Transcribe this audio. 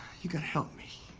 you gotta help me!